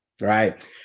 right